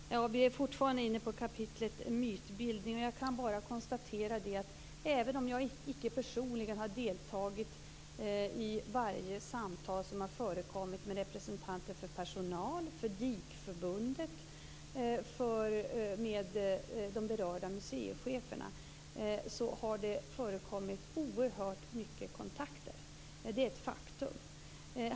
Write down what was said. Fru talman! Vi är fortfarande inne på kapitlet mytbildning. Jag kan bara konstatera att även om jag icke personligen har deltagit i varje samtal som har skett med representanter för personal, DIK-förbundet och de berörda museicheferna har det förekommit oerhört många kontakter. Det är ett faktum.